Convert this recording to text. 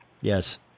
Yes